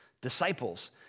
disciples